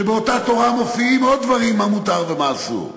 שבאותה תורה מופיעים עוד דברים מה מותר ומה אסור.